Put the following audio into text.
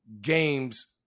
games